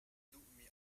duhmi